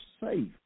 safe